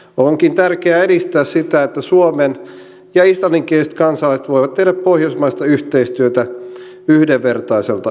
onkin tärkeää edistää sitä että suomen ja islanninkieliset kansalaiset voivat tehdä pohjoismaista yhteistyötä yhdenvertaiselta pohjalta